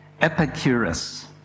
Epicurus